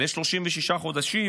ל-36 חודשים,